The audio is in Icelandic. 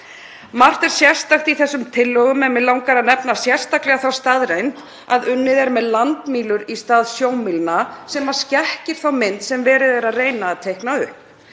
Margt er sérstakt í þessum tillögum en mig langar að nefna sérstaklega þá staðreynd að unnið er með landmílur í stað sjómílna sem skekkir þá mynd sem verið er að reyna að teikna upp.